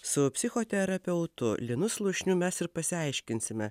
su psichoterapeutu linu slušniu mes ir pasiaiškinsime